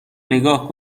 نگاه